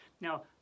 Now